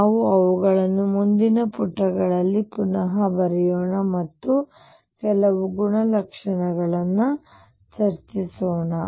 ನಾವು ಅವುಗಳನ್ನು ಮುಂದಿನ ಪುಟದಲ್ಲಿ ಪುನಃ ಬರೆಯೋಣ ಮತ್ತು ಕೆಲವು ಗುಣಲಕ್ಷಣಗಳನ್ನು ಚರ್ಚಿಸೋಣ